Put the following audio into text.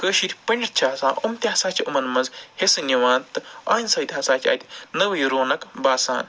کٲشِر پنڈِتھ چھِ آسان یِم تہِ ہسا چھِ یِمَن منٛز حصہٕ نِوان تہٕ أہٕنٛدۍ سۭتۍ ہسا چھِ اَتہِ نٕوٕے رونَق باسان